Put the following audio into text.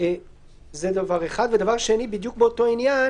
דבר שני בדיוק באותו עניין.